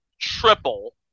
triple